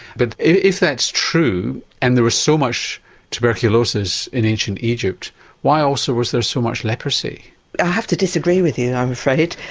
but if that's true and there was so much tuberculosis in ancient egypt why also was there so much leprosy? i have to disagree with you i'm afraid.